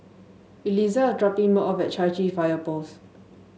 Eliza is dropping me off at Chai Chee Fire Post